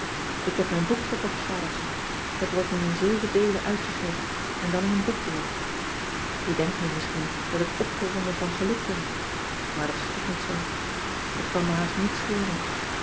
k heb mijn boek verkocht adertje et wordt nu in zeven deelen uitgegeven en dan in een boekdeel e denkt nu misschien dat ik opgewonden van geluk ben maar dat is toch niet zoo et kan me haast niets schelen